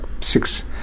six